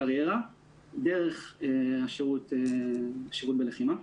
איזו קריירה דרך שירות בלחימה.